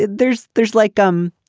there's there's like gum.